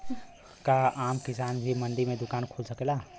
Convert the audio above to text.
का आम किसान भी मंडी में दुकान खोल सकेला?